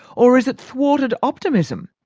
or is it thwarted optimism,